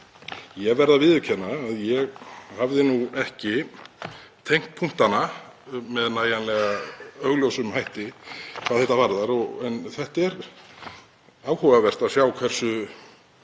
Ég verð að viðurkenna að ég hafði nú ekki tengt punktana með nægjanlega augljósum hætti hvað þetta varðar. En það er áhugavert að sjá að